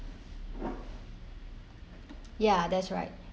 ya that's right